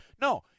No